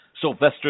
Sylvester